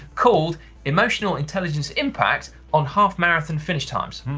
called emotional intelligence impacts on half-marathon finish times.